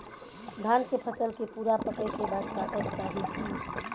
धान के फसल के पूरा पकै के बाद काटब चाही की?